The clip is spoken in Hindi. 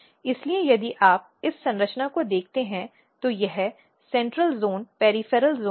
इसलिए यदि आप इस संरचना को देखते हैं तो यह सेंट्रल जोन पॅरिफ़ॅरॅल जोन है